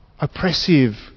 oppressive